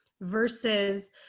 versus